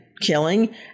killing